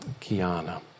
Kiana